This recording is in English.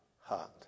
heart